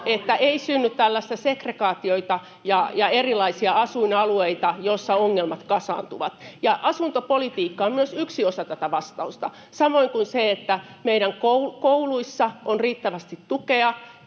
että ei synny tällaista segregaatiota ja erilaisia asuinalueita, joissa ongelmat kasaantuvat. Myös asuntopolitiikka on yksi osa tätä vastausta, samoin kuin se, että meidän kouluissa on riittävästi tukea